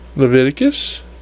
Leviticus